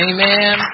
Amen